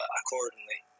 accordingly